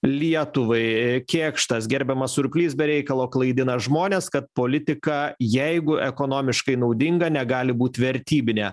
lietuvai kėkštas gerbiamas surplys be reikalo klaidina žmones kad politika jeigu ekonomiškai naudinga negali būt vertybinė